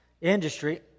industry